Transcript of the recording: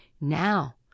now